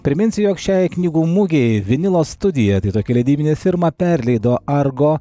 priminsiu jog šiai knygų mugei vinilo studija tai tokia leidybinė firma perleido argo